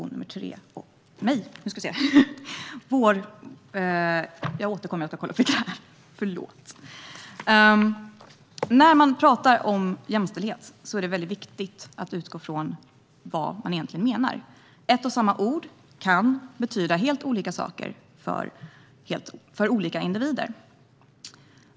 När man pratar om jämställdhet är det väldigt viktigt att utgå från vad man egentligen menar. Ett och samma ord kan betyda helt olika saker för olika individer.